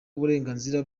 uburenganzira